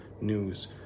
news